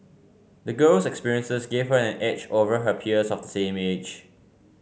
the girl's experiences gave her an edge over her peers of the same age